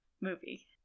movie